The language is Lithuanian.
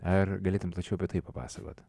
ar galėtum plačiau apie tai papasakot